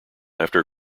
after